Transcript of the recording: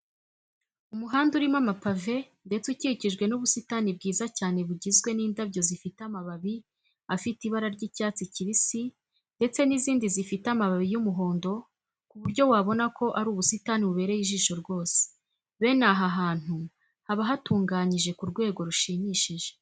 Umuhanda urimo amapave ndetse ukikijwe n'ubusitani bwiza cyane bugizwe n'indabyo zifite amababi afite ibara ry'icyatsi kibisi, ndetse n'izindi zifite amababi y'umuhondo ku buryo wabona ko ari ubusitani bubereye ijisho rwose. Bene aha hantu haba hatunganyije ku rwego rushimishije.